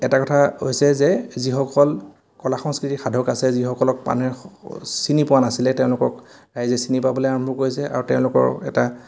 এটা কথা হৈছে যে যিসকল কলা সংস্কৃতিক সাধক আছে যিসকলক মানুহে চিনি পোৱা নাছিলে তেওঁলোকক ৰাইজে চিনি পাবলৈ আৰম্ভ কৰিছে আৰু তেওঁলোকৰ এটা